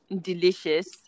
delicious